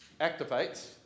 activates